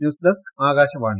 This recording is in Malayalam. news desk Akashvani